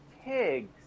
pigs